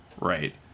Right